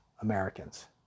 Americans